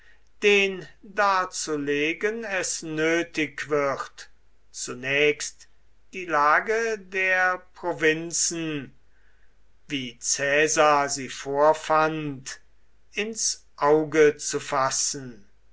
den darzulegen es nötig wird zunächst die lage der provinzen wie caesar sie vorfand ins auge zu fassen